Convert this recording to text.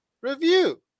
review